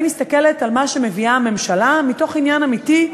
אני מסתכלת על מה שמביאה הממשלה מתוך עניין אמיתי,